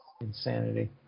Insanity